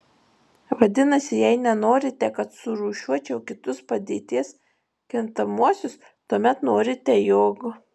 vadinasi jei nenorite kad surūšiuočiau kitus padėties kintamuosius tuomet norite jog